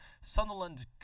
Sunderland